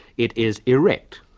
it is erect,